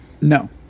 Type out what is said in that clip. No